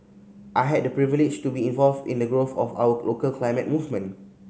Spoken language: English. I had the privilege to be involved in the growth of our local climate movement